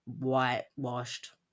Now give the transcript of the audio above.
whitewashed